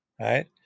right